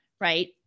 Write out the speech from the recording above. right